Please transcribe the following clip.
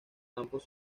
campos